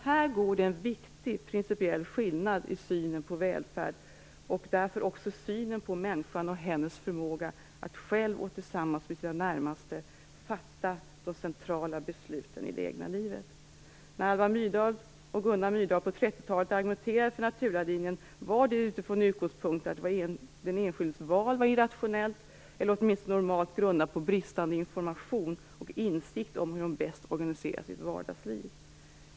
Här finns det en viktig principiell skillnad i synen på välfärd - och därför också i synen på människan och på hennes förmåga att själv eller tillsammans med sina närmaste fatta de centrala besluten i det egna livet. När Alva och Gunnar Myrdal på 1930-talet argumenterade för naturalinjen var det utifrån utgångspunkten att den enskildes val var irrationellt eller åtminstone normalt grundat på bristande information eller insikt om hur de bäst skulle organisera sitt vardagsliv.